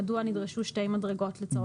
מדוע נדרשו שתי מדרגות לצורך העניין?